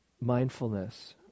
mindfulness